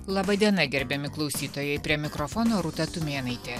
laba diena gerbiami klausytojai prie mikrofono rūta tumėnaitė